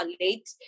late